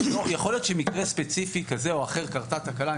יכול להיות שמקרה ספציפי כזה או אחר קרתה תקלה.